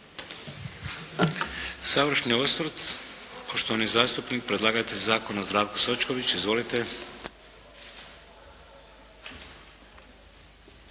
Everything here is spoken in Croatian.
Završni osvrt poštovani zastupnik, predlagatelj zakona Zdravko Sočković. Izvolite!